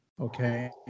okay